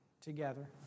together